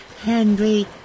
Henry